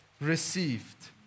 received